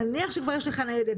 נניח שכבר יש לך ניידת,